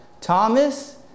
Thomas